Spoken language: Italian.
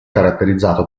caratterizzato